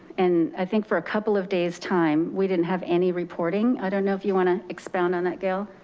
and i think for a couple of days time, we didn't have any reporting. i don't know if you want to expound on that gail.